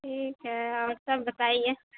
ٹھیک ہے اور سب بتائیے